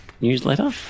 newsletter